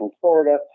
Florida